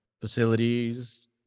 facilities